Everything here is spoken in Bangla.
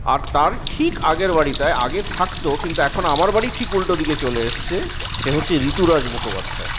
আর ঠিক আগের বাড়িটায় আগে থাকত কিন্তু এখন আমার বাড়ির ঠিক উল্টো দিকে চলে এসেছে সে হচ্ছে ঋতুরাজ মুখোপাধ্যায়